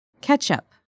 Ketchup